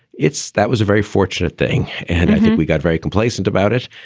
it's that was a very fortunate thing. and i think we got very complacent about it.